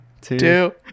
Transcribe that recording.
two